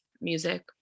music